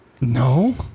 No